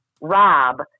rob